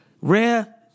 Rare